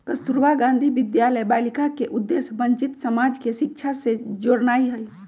कस्तूरबा गांधी बालिका विद्यालय के उद्देश्य वंचित समाज के शिक्षा से जोड़नाइ हइ